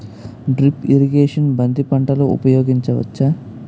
Drip irrigation బంతి పంటలో ఊపయోగించచ్చ?